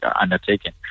undertaken